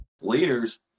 leaders